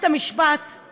שהפייסבוק